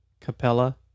Capella